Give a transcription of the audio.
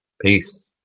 Peace